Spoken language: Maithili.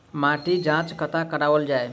माटिक जाँच कतह कराओल जाए?